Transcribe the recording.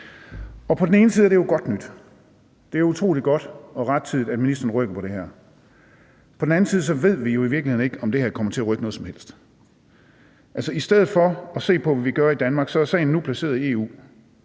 På den ene side er det jo godt nyt. Det er utrolig godt og rettidigt, at ministeren rykker på det her. På den anden side ved vi jo i virkeligheden ikke, om det her kommer til at rykke noget som helst. Altså, i stedet for at se på, hvad vi gør i Danmark, er sagen nu placeret i EU